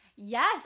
Yes